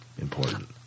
important